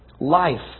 Life